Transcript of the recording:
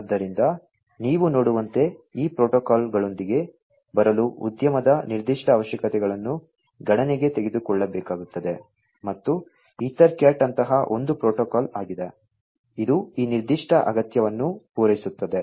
ಆದ್ದರಿಂದ ನೀವು ನೋಡುವಂತೆ ಈ ಪ್ರೋಟೋಕಾಲ್ಗಳೊಂದಿಗೆ ಬರಲು ಉದ್ಯಮದ ನಿರ್ದಿಷ್ಟ ಅವಶ್ಯಕತೆಗಳನ್ನು ಗಣನೆಗೆ ತೆಗೆದುಕೊಳ್ಳಬೇಕಾಗುತ್ತದೆ ಮತ್ತು ಈಥರ್ಕ್ಯಾಟ್ ಅಂತಹ ಒಂದು ಪ್ರೋಟೋಕಾಲ್ ಆಗಿದೆ ಇದು ಈ ನಿರ್ದಿಷ್ಟ ಅಗತ್ಯವನ್ನು ಪೂರೈಸುತ್ತದೆ